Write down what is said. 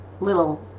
little